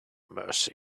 mercy